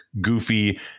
goofy